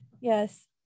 Yes